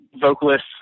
vocalists